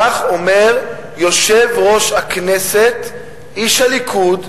כך אומר יושב-ראש הכנסת, איש הליכוד,